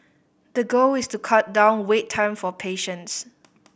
the goal is to cut down wait time for patients